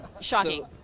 Shocking